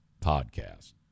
podcast